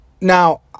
Now